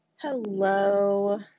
hello